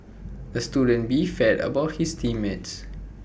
the student beefed about his team mates